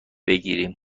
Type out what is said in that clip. بگیریم